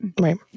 Right